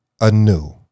anew